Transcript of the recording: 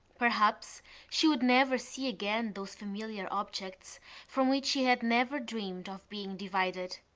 perhaps she would never see again those familiar objects from which she had never dreamed of being divided.